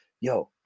yo